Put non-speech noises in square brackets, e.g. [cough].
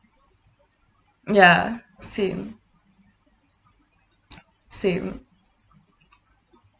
ya same [noise] same